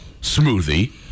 smoothie